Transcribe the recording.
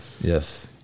yes